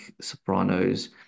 Sopranos